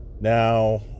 Now